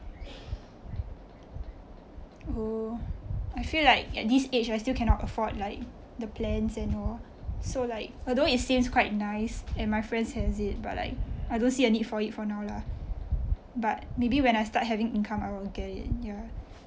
oh I feel like at this age I still cannot afford like the plan and all so like although it seems quite nice and my friends has it but like I i don't see a need for it for now lah but maybe when I start having income I will get it ya